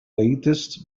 latest